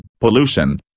pollution